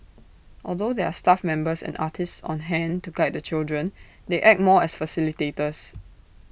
although there are staff members and artists on hand to guide the children they act more as facilitators